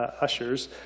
ushers